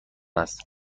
است